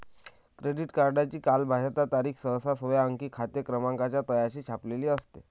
credit कार्डची कालबाह्यता तारीख सहसा सोळा अंकी खाते क्रमांकाच्या तळाशी छापलेली आढळते